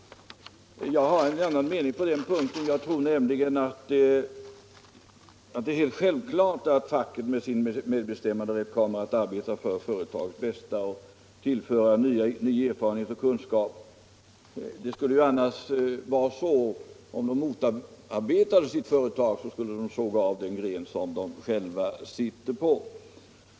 Jag har en annan mening på den punkten. Jag tror nämligen att det är helt självklart att facken med sin medbestämmanderätt kommer att arbeta för företagens bästa och tillföra ny erfarenhet och kunskap. Om de anställda motarbetade sitt företag skulle de såga av den gren de själva sitter på.